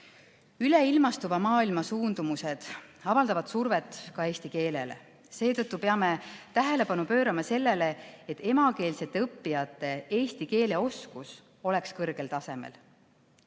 Üleilmastuva maailma suundumused avaldavad survet ka eesti keelele. Seetõttu peame tähelepanu pöörama sellele, et emakeelsete õppijate eesti keele oskus oleks kõrgel tasemel.